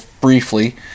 briefly